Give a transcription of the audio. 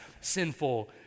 sinful